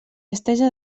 estesa